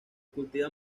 cultiva